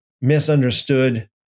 misunderstood